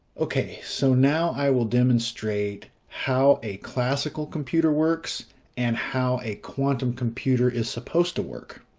okay, so now i will demonstrate how a classical computer works and how a quantum computer is supposed to work.